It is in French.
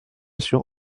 sur